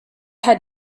had